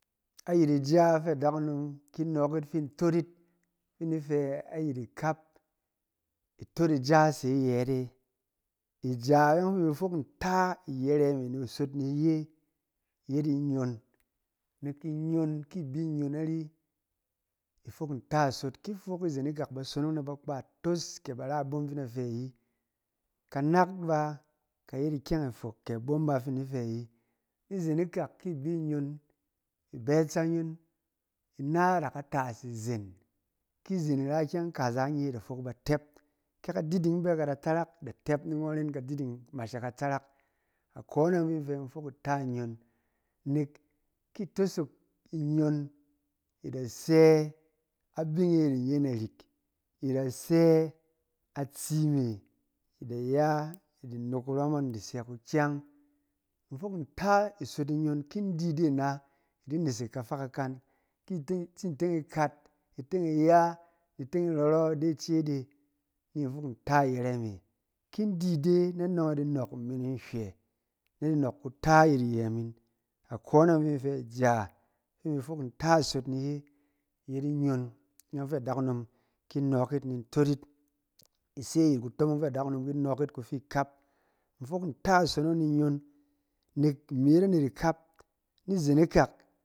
Ayɛt ija fɛ adakunom ki nɔɔk yit fin tot yit, fin in di fɛ ayɛt ikap, itot ija se ayɛt e. Ija yɔng fi imi fok nta iyiring me ni in sot ni ye, yet inyon. Nek inyon, ki bi inyon nari, i fok nta sot, ki fok izen ikak ba sonong ba kpa tos kɛ ba ra abom fi na fɛ ayi. Kanak ba ka yet ikyɛng ifok kɛ abom ba fi in da fɛ ayi. Ni zen ikak, ki i bɛ nyon, i bɛ átsenyon, ina da ka tas izen, ki zen i ra ikyɛng kaza nye da fok ba tɛp. Ke kadiding bɛ ka da tarak da tɛp ni ngɔn ren kadiding ngmash na ka tɛrɛk. Akone yɔng fin in fɛ in fok nta inyon, nɛk ki itosok inyon, i da sɛ abing e i di nye narik, i da sɛ atsi me, i da ya i di nok kurɔm ngɔn, i di sɛ kukyang. In fok nta i sok ni nyon, ki in di ide ana, i di nesek kafa ka kan, i tsin teng ikat, i teng iya, i teng i rɔrɔ ide ice de, ni in fok nta iyɛrɛ me. Ki in di de, na no di nɔɔk men hywɛ, na di nɔɔk kuta ayɛt iyɛ min. Akone fin in fɛ aja fi in fok nta sot ni ye, yet inyon, yɔng fɛ adakunom di nɔɔk yit ni sot yit. I se ayɛt kutomong fɛ adakunom ki nɔɔk yit kufi ikap. In fok nta kusot ni nyon nɛk imi yet anet ikap, ni zen ikak,